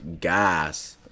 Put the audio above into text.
gas